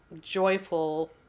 joyful